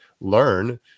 learn